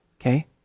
okay